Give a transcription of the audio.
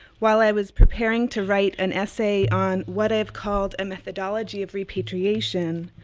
while i was preparing to write an essay on what i've called a methodology of repatriation,